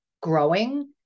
growing